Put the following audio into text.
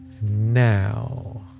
now